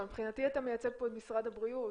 מבחינתי אתה מייצג פה את משרד הבריאות,